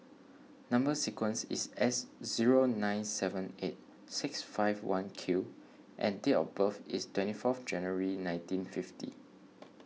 Number Sequence is S zero nine seven eight six five one Q and date of birth is twenty fourth January nineteen fifty